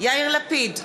יאיר לפיד,